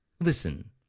Listen